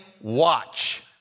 Watch